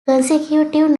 consecutive